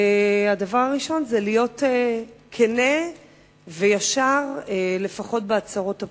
הדבר הראשון זה להיות כן וישר לפחות בהצהרות הפומביות.